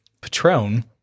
Patron